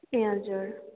ए हजुर